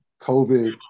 COVID